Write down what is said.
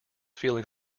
feeling